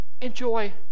Enjoy